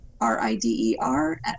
R-I-D-E-R